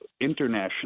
international